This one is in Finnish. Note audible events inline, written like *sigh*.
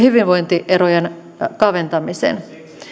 *unintelligible* hyvinvointierojen kaventamisen